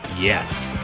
Yes